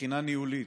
מבחינה ניהולית,